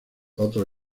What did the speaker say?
otros